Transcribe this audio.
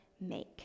make